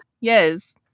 Yes